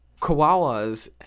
koalas